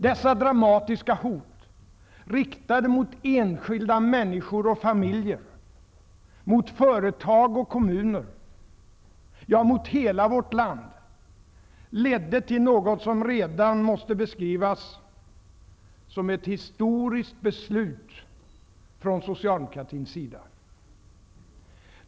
Dessa dramatiska hot, riktade mot enskilda människor och familjer, mot företag och kommuner, ja, mot hela vårt land, ledde till något som redan måste beskrivas som ett historiskt beslut från Socialdemokraternas sida.